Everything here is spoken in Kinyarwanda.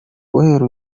guhera